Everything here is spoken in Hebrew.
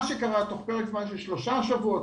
מה שקרה תוך פרק זמן של שלושה שבועות,